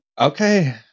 Okay